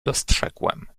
dostrzegłem